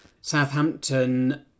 Southampton